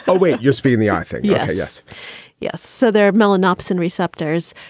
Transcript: ah wait, you're speaking the author. yes. yes yes. so they're malon upson receptors,